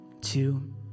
two